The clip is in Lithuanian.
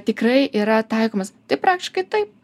tikrai yra taikomas tai praktiškai taip